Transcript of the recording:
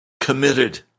committed